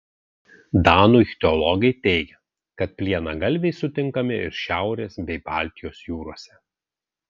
danų ichtiologai teigia kad plienagalviai sutinkami ir šiaurės bei baltijos jūrose